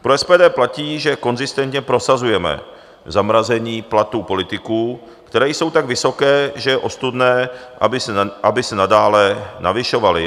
Pro SPD platí, že konzistentně prosazujeme zamrazení platů politiků, které jsou tak vysoké, že je ostudné, aby se nadále navyšovaly.